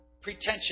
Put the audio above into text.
Pretension